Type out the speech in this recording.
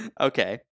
Okay